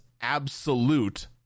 absolute